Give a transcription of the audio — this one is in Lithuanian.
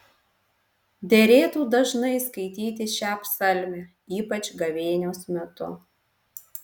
derėtų dažnai skaityti šią psalmę ypač gavėnios metu